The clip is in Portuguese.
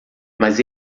mas